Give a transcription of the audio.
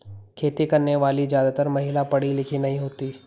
खेती करने वाली ज्यादातर महिला पढ़ी लिखी नहीं होती